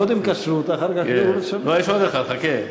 קודם כשרות אחר כך, לא, יש עוד אחת, חכה,